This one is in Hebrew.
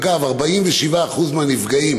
אגב, 47% מהנפגעים